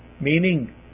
Meaning